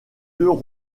deux